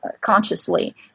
Consciously